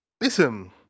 Listen